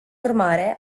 urmare